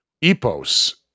Epos